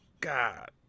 God